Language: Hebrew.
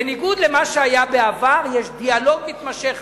בניגוד למה שהיה בעבר, יש דיאלוג מתמשך.